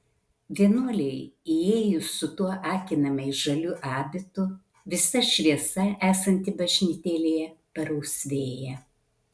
vienuolei įėjus su tuo akinamai žaliu abitu visa šviesa esanti bažnytėlėje parausvėja